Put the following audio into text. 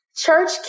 Church